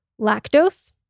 lactose